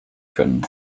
können